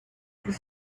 this